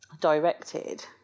directed